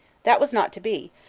that was not to be,